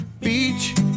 beach